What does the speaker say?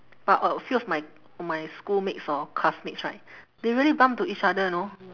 but a few of my my schoolmates hor classmates right they really bump into each other know